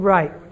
Right